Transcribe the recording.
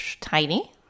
tiny